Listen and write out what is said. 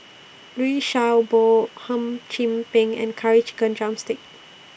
Liu Sha Bao Hum Chim Peng and Curry Chicken Drumstick